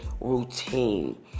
routine